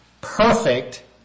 perfect